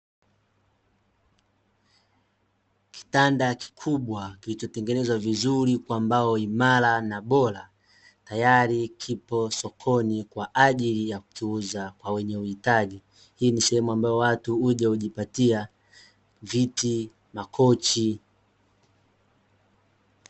Kitanda kikubwa kilichotengenezwa vizuri kwa mbao imara na bora, tayari kipo sokoni kwa ajili ya kuuza kwa wenye uhitaji. Hii ni sehemu ambayo watu huja kujipatia viti, makochi.